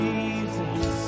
Jesus